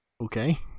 okay